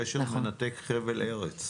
גשר מנתק חבל ארץ.